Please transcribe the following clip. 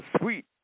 sweet